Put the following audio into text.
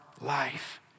life